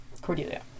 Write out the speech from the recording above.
Cordelia